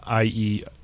IE